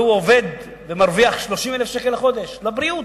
והוא עובד ומרוויח 30,000 שקל לחודש, לבריאות.